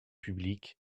publiques